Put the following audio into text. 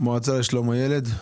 לשלום הילד.